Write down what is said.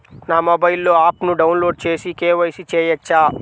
నా మొబైల్లో ఆప్ను డౌన్లోడ్ చేసి కే.వై.సి చేయచ్చా?